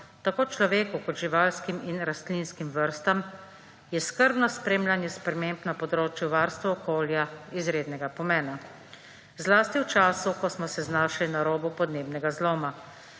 tako človeku kot živalskim in rastlinskim vrstam, je skrbno spremljanje sprememb na področju varstva okolja izrednega pomena; zlasti v času, ko smo se znašli na robu podnebnega zloma.